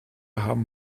haben